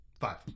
Five